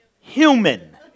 human